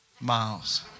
miles